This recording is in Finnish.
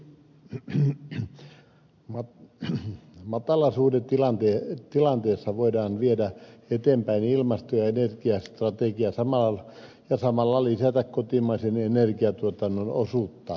le pen ja muokkaa matalasuuden tilanteet matalasuhdannetilanteessa voidaan viedä eteenpäin ilmasto ja energiastrategiaa ja samalla lisätä kotimaisen energiantuotannon osuutta